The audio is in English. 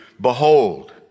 behold